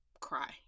cry